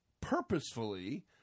purposefully